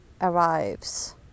arrives